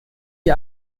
die